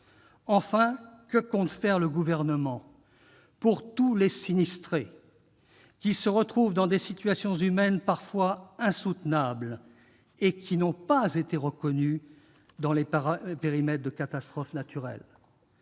Enfin, que compte faire le Gouvernement pour tous les sinistrés qui se retrouvent dans des situations humaines parfois insoutenables et n'ont pas été inclus dans les périmètres de reconnaissance